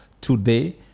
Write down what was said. today